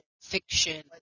fiction